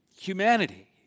humanity